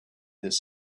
his